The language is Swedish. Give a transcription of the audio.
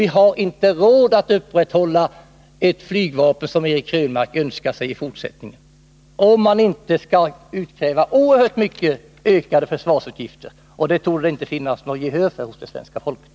Vi har inte råd att i fortsättningen upprätthålla ett sådant flygvapen som Eric Krönmark önskar sig, om vi inte skall utkräva oerhört kraftigt ökade försvarsutgifter, vilket det inte torde finnas något gehör för hos svenska folket.